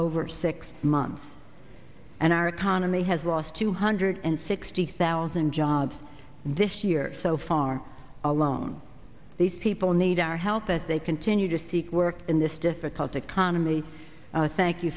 over six months and our economy has lost two hundred and sixty thousand jobs this year so far alone these people need our help as they continue to seek work in this difficult economy thank you